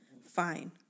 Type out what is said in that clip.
Fine